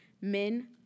men